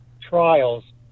trials